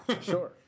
sure